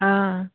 অঁ